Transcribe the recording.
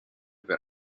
per